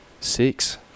six